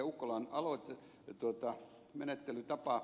enkä kannata tätä ed